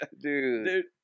Dude